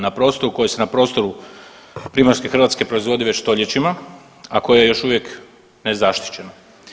Na prostoru koji se na prostoru Primorske Hrvatske proizvodi već stoljećima, a koji je još uvijek nezaštićeno.